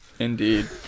Indeed